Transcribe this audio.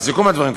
לסיכום הדברים,